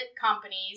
companies